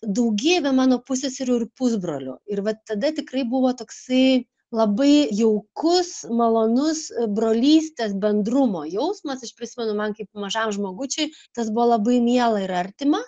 daugybė mano pusseserių ir pusbrolių ir vat tada tikrai buvo toksai labai jaukus malonus brolystės bendrumo jausmas aš prisimenu man kaip mažam žmogučiui tas buvo labai miela ir artima